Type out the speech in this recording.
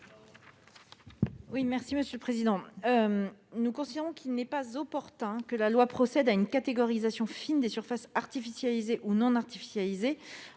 du Gouvernement ? Nous considérons qu'il n'est pas opportun que la loi procède à une catégorisation fine des surfaces artificialisées ou non artificialisées